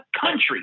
country